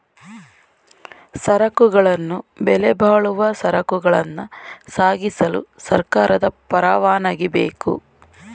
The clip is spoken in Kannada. ಸರಕುಗಳನ್ನು ಬೆಲೆಬಾಳುವ ಸರಕುಗಳನ್ನ ಸಾಗಿಸಲು ಸರ್ಕಾರದ ಪರವಾನಗಿ ಬೇಕು